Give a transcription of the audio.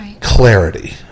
Clarity